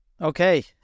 Okay